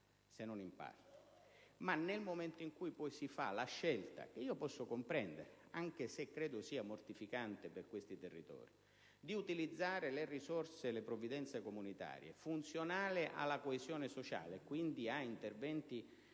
se non in parte, nel momento in cui si è fatta la scelta (che posso comprendere, anche se credo sia mortificante per questi territori) di utilizzare le provvidenze comunitarie funzionali alla coesione sociale, quindi a investimenti di